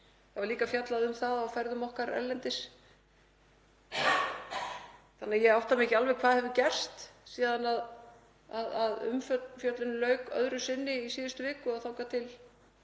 Það var líka fjallað um það á ferðum okkar erlendis og því átta ég mig ekki alveg á hvað hefur gerst síðan umfjöllun lauk öðru sinni í síðustu viku og þangað til